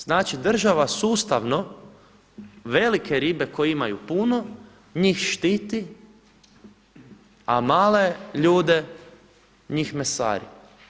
Znači država sustavno velike ribe koji imaju puno njih štiti, a male ljude njih mesari.